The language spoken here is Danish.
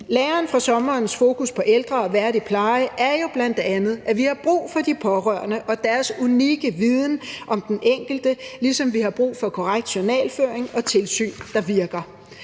Læren fra sommerens fokus på ældre og værdig pleje er jo bl.a., at vi har brug for de pårørende og deres unikke viden om den enkelte, ligesom vi har brug for korrekt journalføring og tilsyn, der virker.